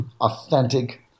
authentic